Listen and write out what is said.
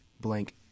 blank